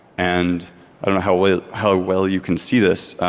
and i don't know how well how well you can see this,